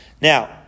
Now